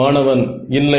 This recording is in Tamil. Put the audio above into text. மாணவன் இல்லை